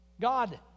God